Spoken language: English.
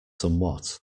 somewhat